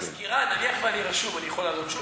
המזכירה, נניח שאני רשום, אני יכול לעלות שוב?